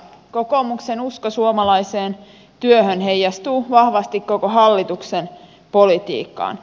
kokoomuksen usko suomalaiseen työhön heijastuu vahvasti koko hallituksen politiikkaan